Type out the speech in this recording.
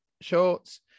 shorts